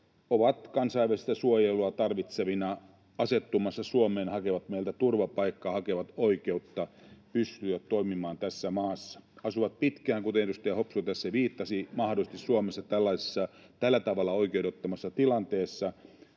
ovat kansainvälistä suojelua tarvitsevina asettumassa Suomeen: hakevat meiltä turvapaikkaa, hakevat oikeutta pystyä toimimaan tässä maassa, asuvat pitkään Suomessa, kuten edustaja Hopsu tässä viittasi, mahdollisesti tällaisessa tällä tavalla oikeudettomassa tilanteessa,